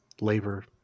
labor